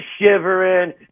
shivering